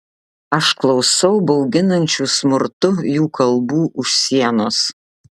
aš klausau bauginančių smurtu jų kalbų už sienos